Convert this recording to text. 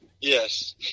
Yes